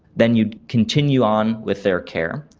then you'd continue on with their care.